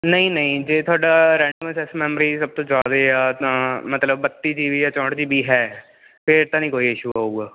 ਨਹੀਂ ਨਹੀਂ ਜੇ ਤੁਹਾਡਾ ਰੈਂਡਮ ਐਕਸੈਸ ਮੈਮਰੀ ਸਭ ਤੋਂ ਜ਼ਿਆਦੇ ਹੈ ਤਾਂ ਮਤਲਬ ਬੱਤੀ ਜੀ ਬੀ ਜਾਂ ਚੌਂਹਟ ਜੀ ਬੀ ਹੈ ਫ਼ੇਰ ਤਾਂ ਨਹੀਂ ਕੋਈ ਇਸ਼ੂ ਆਊਗਾ